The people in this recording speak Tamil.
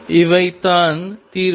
இவைதான் தீர்வுகள்